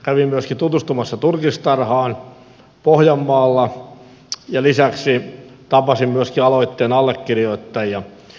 kävin myöskin tutustumassa turkistarhaan pohjanmaalla ja lisäksi tapasin myöskin aloitteen allekirjoittajia